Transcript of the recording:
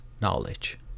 knowledge